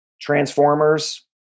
transformers